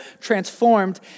transformed